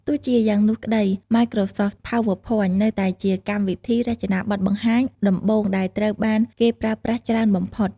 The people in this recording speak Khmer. ទោះជាយ៉ាងនោះក្ដី Microsoft PowerPoint នៅតែជាកម្មវិធីរចនាបទបង្ហាញដំបូងដែលត្រូវបានគេប្រើប្រាស់ច្រើនបំផុត។